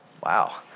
Wow